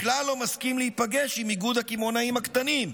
וכלל לא מסכים להיפגש עם איגוד הקמעונאים הקטנים.